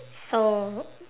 so